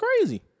crazy